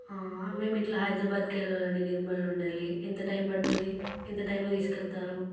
మేము ఇట్లా హైదరాబాద్కి వెళ్ళాలండి నిర్మల్ నుండెళ్ళి ఎంత టైం పడుతుంది ఎంత టైంలో తీసుకెళ్తారు